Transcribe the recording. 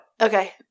Okay